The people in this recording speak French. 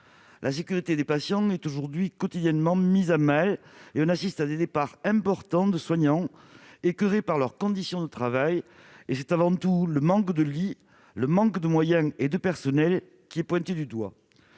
la sécurité des patients est quotidiennement menacée. On assiste à de nombreux départs de soignants, écoeurés par leurs conditions de travail. Or c'est avant tout le manque de lits, de moyens et de personnel qui est pointé du doigt.